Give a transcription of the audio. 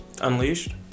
Unleashed